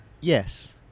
Yes